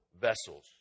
vessels